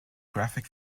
graphic